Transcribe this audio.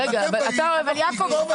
אבל יעקב,